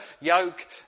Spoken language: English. yoke